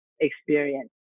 experience